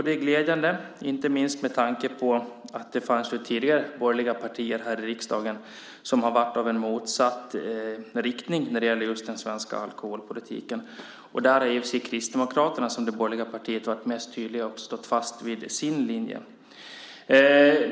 Det är glädjande, inte minst med tanke på att det tidigare har funnits borgerliga partier här i riksdagen som har gått i en motsatt riktning när det gäller just den svenska alkoholpolitiken. Kristdemokraterna är det borgerliga parti som varit mest tydligt och stått fast vid sin linje.